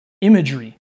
Imagery